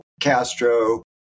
Castro